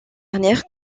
dernière